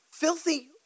Filthy